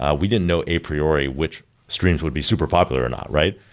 ah we didn't know apriori, which streams would be super popular or not, right?